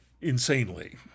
insanely